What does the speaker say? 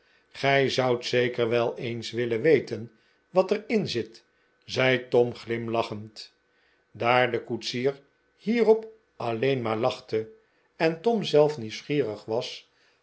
gij zoudt zeker wel eens willen weten wat er in zit zei tom glimlachend daar de koetsier hierop alleen maar lachte en tom zelf nieuwsgierig was